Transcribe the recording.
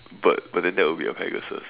bird but then that will be a Pegasus